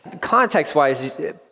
context-wise